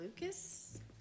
Lucas